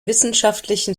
wissenschaftlichen